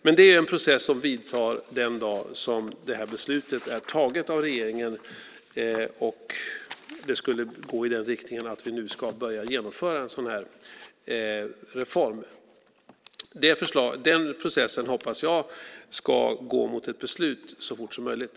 Men det är en process som vidtar den dag som beslutet är taget av regeringen och det skulle gå i riktningen att vi nu ska börja genomföra en sådan här reform. Den processen hoppas jag ska gå mot ett beslut så fort som möjligt.